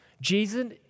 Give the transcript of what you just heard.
Jesus